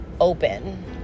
open